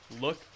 look